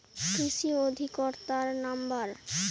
কৃষি অধিকর্তার নাম্বার?